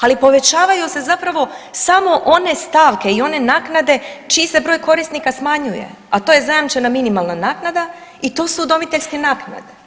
Ali povećavaju se zapravo samo one stavke i one naknade čiji se broj korisnika smanjuje, a to je zajamčena minimalna naknada i to su udomiteljske naknade.